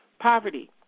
poverty